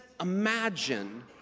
imagine